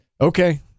Okay